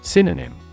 Synonym